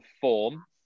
form